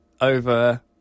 over